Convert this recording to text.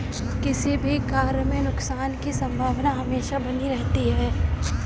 किसी भी कार्य में नुकसान की संभावना हमेशा बनी रहती है